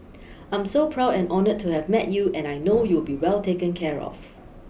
I'm so proud and honoured to have met you and I know you'll be well taken care of